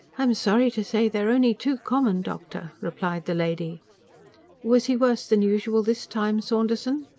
i am sorry to say they are only too common, doctor, replied the lady was he worse than usual this time, saunderson?